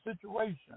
situation